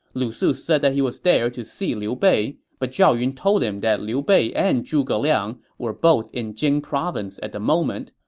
lu su said he was there to see liu bei, but zhao yun told him that liu bei and zhuge liang were both in jing province at the moment,